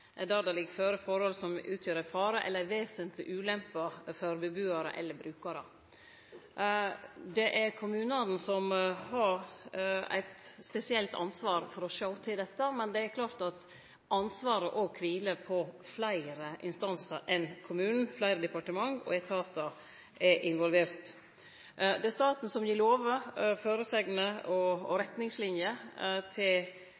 ligg føre forhold som utgjer ei «fare eller vesentlig ulempe» for bebuarar eller brukarar. Det er kommunane som har eit spesielt ansvar for å sjå til dette, men det er klart at ansvaret kviler på fleire instansar enn kommunen. Fleire departement og etatar er involverte. Det er staten som gir lover, føresegner og